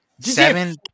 seven